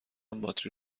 باتری